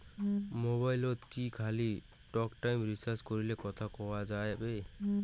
মোবাইলত কি খালি টকটাইম রিচার্জ করিলে কথা কয়া যাবে?